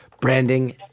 Branding